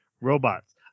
robots